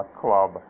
club